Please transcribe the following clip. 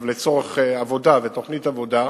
אבל לצורך עבודה ותוכנית עבודה,